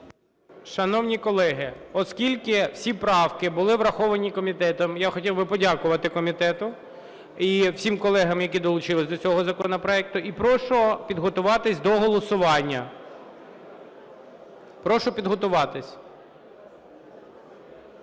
Шановні колеги, оскільки всі правки були враховані комітетом, я хотів би подякувати комітету і всім колегам, які долучилися до цього законопроекту. І прошу підготуватися до голосування. Прошу підготуватися.